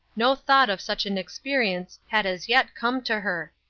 no thought of such an experience had as yet come to her.